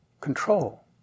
control